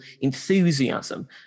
enthusiasm